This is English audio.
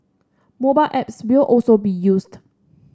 mobile apps will also be used